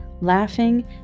laughing